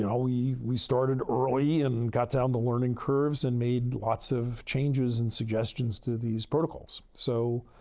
and we we started early and got down the learning curves and made lots of changes and suggestions to these protocols. so,